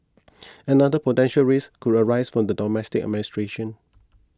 another potential risk could arise from the domestic administration